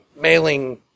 mailing